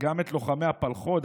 גם את לוחמי הפלחו"ד,